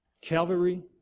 Calvary